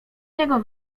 niego